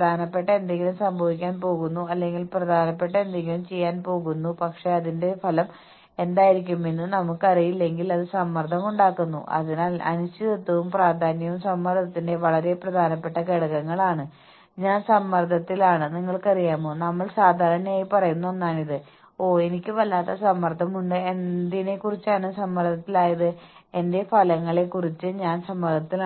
നിങ്ങൾക്ക് എല്ലാ ഓർഗനൈസേഷനിലും സപ്പോർട്ട് സ്റ്റാഫ് ഉണ്ട് അവർക്ക് വ്യക്തമായ ജോലി സ്പെസിഫിക്കേഷനുകളൊന്നുമില്ല അവർ അവരുടെ സഹായ ഹസ്തങ്ങൾ ചെയ്യാൻ പറഞ്ഞതെല്ലാം ചെയ്യുന്നു അവരെ കൂടാതെ ഓർഗനൈസേഷന് പ്രവർത്തിക്കാൻ